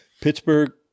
Pittsburgh